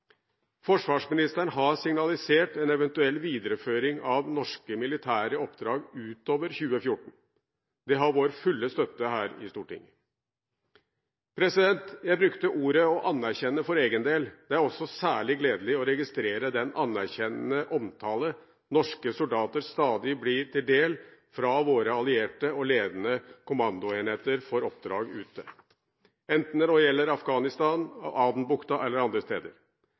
Forsvarsministeren har signalisert en eventuell videreføring av norske militære oppdrag utover 2014, og det har vår fulle støtte her i Stortinget. Jeg brukte ordet «å anerkjenne» for egen del. Det er også særlig gledelig å registrere den anerkjennende omtale norske soldater stadig blir til del fra våre allierte og ledende kommandoenheter for oppdrag ute, enten det gjelder Afghanistan, Adenbukta eller andre steder.